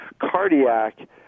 cardiac